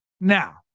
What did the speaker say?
Now